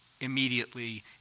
immediately